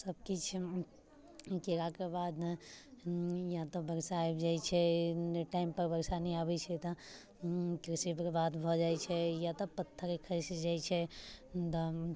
सभकिछु कयलाके बाद या तऽ वर्षा आबि जाइत छै टाइम पर वर्षा नहि अबैत छै तऽ कृषि बरबाद भऽ जाइत छै या तऽ पत्थर खसि जाइत छै मुदा